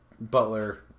Butler